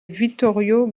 vittorio